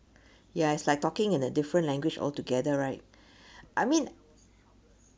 ya it's like talking in a different language altogether right I mean